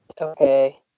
Okay